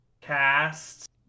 cast